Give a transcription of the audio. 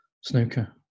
snooker